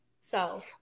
So-